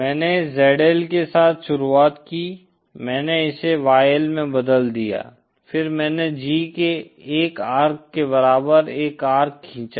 मैंने ZL के साथ शुरुआत की मैंने इसे YL में बदल दिया फिर मैंने G के 1 अर्क के बराबर एक अर्क खींचा